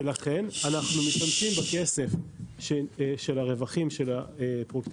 לכן אנחנו משתמשים בכסף של הרווחים של הפרויקטים